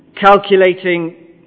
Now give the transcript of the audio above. calculating